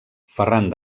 ferran